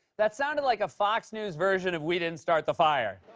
that sounded like a fox news version of we didn't start the fire.